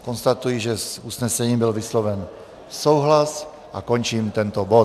Konstatuji, že s usnesením byl vysloven souhlas, a končím tento bod.